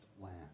land